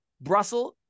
Brussels